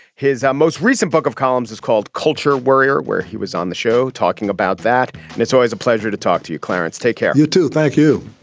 his most recent book of columns is called culture warrior, where he was on the show talking about that. and it's always a pleasure to talk to you. clarence, take care. you, too. thank you